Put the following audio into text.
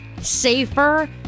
safer